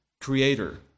creator